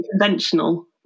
conventional